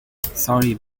sorry